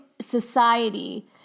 society